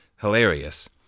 hilarious